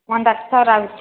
ಒಂದು ಹತ್ತು ಸಾವಿರ ಆಗತ್ತೆ